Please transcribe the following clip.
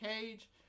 cage